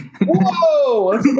Whoa